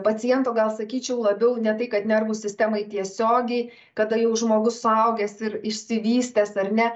paciento gal sakyčiau labiau ne tai kad nervų sistemai tiesiogiai kada jau žmogus suaugęs ir išsivystęs ar ne